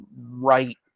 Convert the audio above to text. right